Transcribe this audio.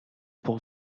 pour